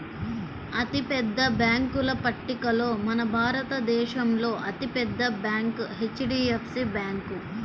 అతిపెద్ద బ్యేంకుల పట్టికలో మన భారతదేశంలో అతి పెద్ద బ్యాంక్ హెచ్.డీ.ఎఫ్.సీ బ్యాంకు